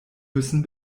müssen